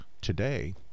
today